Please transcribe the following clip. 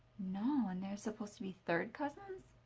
no, and they're supposed to be third cousins?